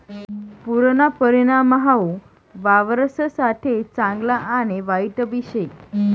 पुरना परिणाम हाऊ वावरससाठे चांगला आणि वाईटबी शे